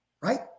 right